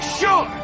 sure